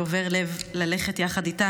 שובר לב ללכת יחד איתן,